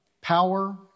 power